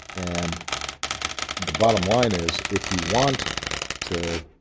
and the bottom line is, if you want to